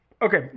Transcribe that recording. Okay